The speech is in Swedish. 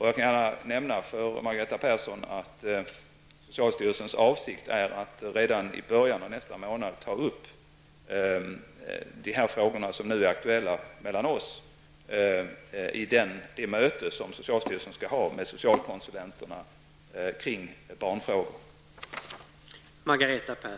Jag kan gärna nämna för Margareta Persson att socialstyrelsens avsikt är att redan i början av nästa månad ta upp de här frågorna, som nu är aktuella mellan oss, på det möte som socialstyrelsen skall ha med socialkonsulenterna kring barnfrågor.